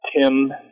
Tim